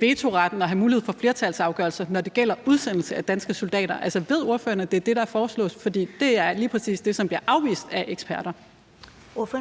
vetoretten og have mulighed for flertalsafgørelser, når det gælder udsendelse af danske soldater. Altså, ved ordføreren, at det er det, der foreslås? For det er lige præcis det, som bliver afvist af eksperter. Kl. 14:31